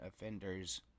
offenders